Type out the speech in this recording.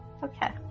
Okay